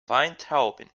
weintrauben